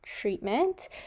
treatment